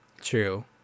True